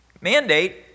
mandate